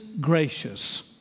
gracious